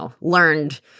learned